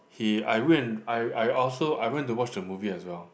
he I went I I also I went to watch the movie as well